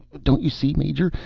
don't you see, major?